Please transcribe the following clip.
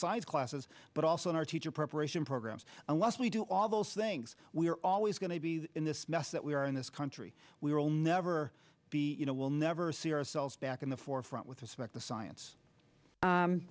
five classes but also in our teacher preparation programs unless we do all those things we are always going to be in this mess that we are in this country we will never be you know we'll never see ourselves back in the forefront with respect the science